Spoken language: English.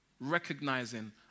recognizing